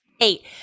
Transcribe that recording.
Eight